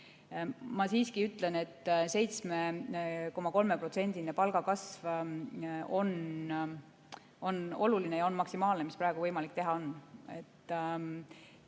Ma siiski ütlen, et 7,3% palgakasv on oluline ja see on maksimaalne, mis praegu võimalik teha on.